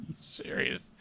serious